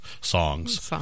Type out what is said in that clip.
songs